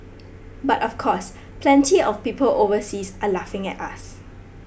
but of course plenty of people overseas are laughing at us